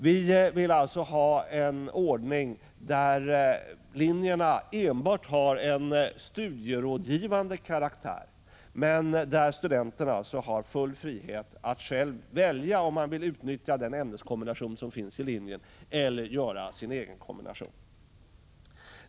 Vi vill alltså ha en ordning där linjerna enbart har en studierådgivande karaktär och där studenten har full frihet att själv välja om han vill utnyttja den ämneskombination som finns i linjen eller göra sin egen kombination.